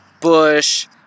Bush